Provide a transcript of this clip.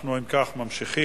אנחנו אם כך ממשיכים.